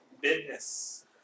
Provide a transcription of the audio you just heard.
Business